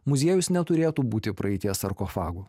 muziejus neturėtų būti praeities sarkofagu